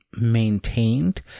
maintained